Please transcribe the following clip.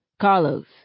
Carlos